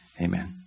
Amen